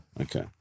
okay